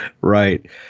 Right